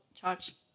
charge